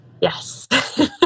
Yes